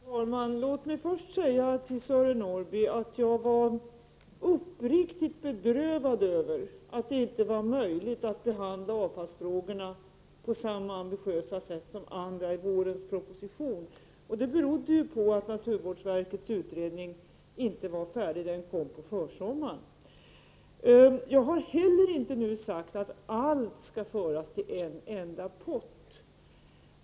Fru talman! Låt mig först säga till Sören Norrby att jag är uppriktigt bedrövad över att det inte var möjligt att behandla avfallsfrågorna på samma ambitiösa sätt som andra frågor i vårens proposition. Det berodde på att naturvårdsverkets utredning inte var färdig — den kom på försommaren. Jag har inte nu sagt att allt skall föras samman till en enda pott.